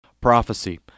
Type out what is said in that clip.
Prophecy